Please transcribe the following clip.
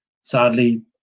Sadly